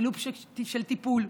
בלופ של טיפול.